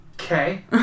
Okay